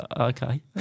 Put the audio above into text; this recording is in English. okay